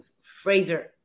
Fraser